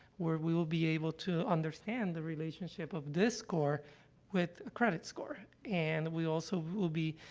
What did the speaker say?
where we will be able to understand the relationship of this score with a credit score, and we also will be,